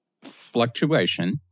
fluctuation